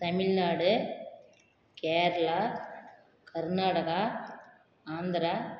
Tamil Nadu Kerala Karnataka Andhra